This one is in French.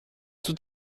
tout